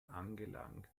angelangt